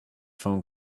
phone